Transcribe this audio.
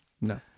No